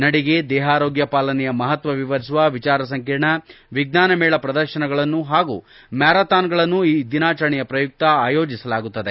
ನಡಿಗೆ ದೇಹಾರೋಗ್ಯ ಪಾಲನೆಯ ಮಹತ್ವ ವಿವರಿಸುವ ವಿಜಾರ ಸಂಕಿರಣ ವಿಜ್ಞಾನ ಮೇಳ ಪ್ರದರ್ಶನಗಳನ್ನು ಪಾಗೂ ಮ್ಕಾರಥಾನ್ಗಳನ್ನು ಈ ದಿನಾಚರಣೆಯ ಪ್ರಯುಕ್ತ ಆಯೋಜಿಸಲಾಗುತ್ತದೆ